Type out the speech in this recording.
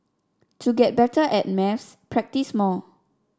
to get better at maths practise more